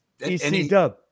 ECW